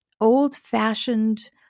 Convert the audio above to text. old-fashioned